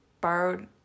borrowed